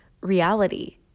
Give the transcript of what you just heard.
reality